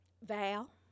Val